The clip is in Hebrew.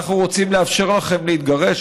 אנחנו רוצים לאפשר לכם להתגרש,